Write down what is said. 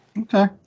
Okay